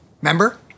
Remember